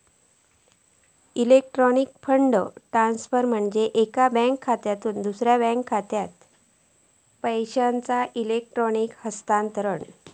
electronic fund transfer म्हणजे एका bank खात्यातसून दुसरा बँक खात्यात पैशांचो इलेक्ट्रॉनिक हस्तांतरण